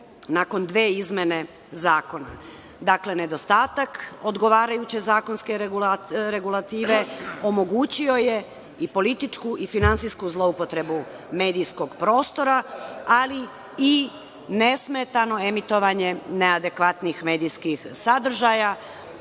nakon dve izmene zakona. Dakle, nedostatak odgovarajuće zakonske regulative omogućio je i političku i finansijsku zloupotrebu medijskog prostora, ali i nesmetano emitovanje neadekvatnih medijskih sadržaja.